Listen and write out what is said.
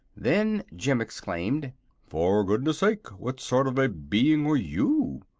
then jim exclaimed for goodness sake, what sort of a being are you?